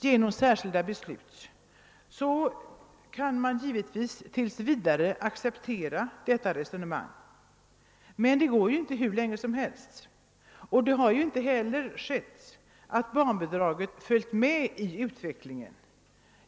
genom särskilda beslut, kunde man givetvis tills vidare acceptera. detta resonemang. Det kan emellertid inte föras hur länge som helst. Det har inte heller i praktiken varit så att barnbidragen följt med i utvecklingen.